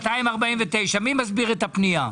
249, מי מסביר את הפנייה?